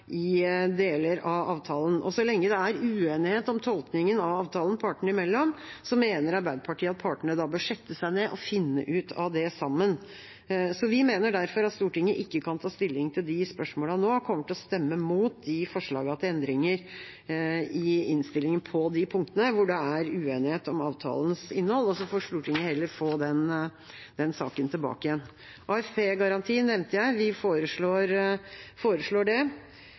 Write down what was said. i deler av avtalen. Så lenge det er uenighet om tolkningen av avtalen partene imellom, mener Arbeiderpartiet at partene bør sette seg ned og finne ut av det sammen. Vi mener derfor at Stortinget ikke kan ta stilling til de spørsmålene nå, og vi kommer til å stemme imot de forslagene til endringer i innstillingen på de punktene det er uenighet om avtalens innhold, så får Stortinget heller få den saken tilbake igjen. AFP-garanti nevnte jeg. Vi foreslår det.